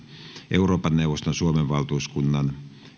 euroopan neuvoston suomen valtuuskunnan